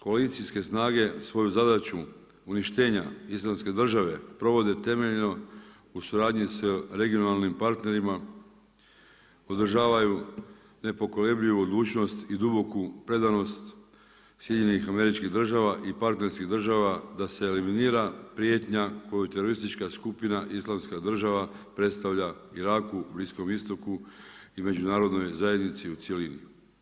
Koalicijske snage svoju zadaću uništenja Islamske države provode temeljno u suradnji sa regionalnim partnerima, održavaju nepokolebljivu odlučnost i duboku predanost SAD-a i partnerskih država da se eliminira prijetnja koju teroristička skupina Islamska država predstavlja Iraku, Bliskom istoku i Međunarodnoj zajednici u cjelini.